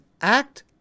act